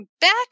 back